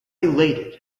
elated